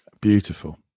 Beautiful